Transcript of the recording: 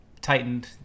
tightened